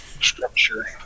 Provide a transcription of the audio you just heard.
structure